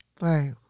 Right